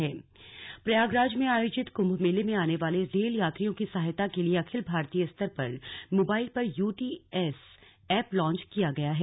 slug Kumbh mobile app Prayagraj में आयोजित कुंभ मेले में आने वाले रेल यात्रियों की सहायता के लिये अखिल भारतीय स्तर पर मोबाइल पर यूटीएस एप लॉन्च किया गया है